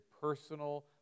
personal